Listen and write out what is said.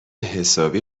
حسابی